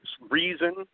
reason